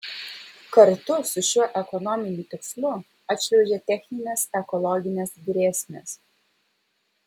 kartu su šiuo ekonominiu tikslu atšliaužia techninės ekologinės grėsmės